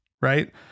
right